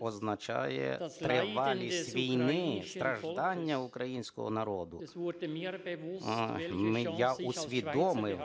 означає тривалість війни, страждання українського народу. Я усвідомив,